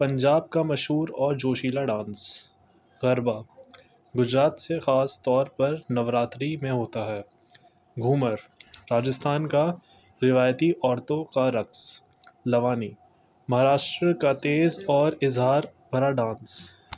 پنجاب کا مشہور اور جوشلا ڈانس گغربا گجرات سے خاص طور پر نوراتری میں ہوتا ہے گھومر راجستھان کا روایتی عورتوں کا رقص لوانی مہاراشٹر کا تیز اور اظہار بھرا ڈانس